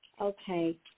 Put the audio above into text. Okay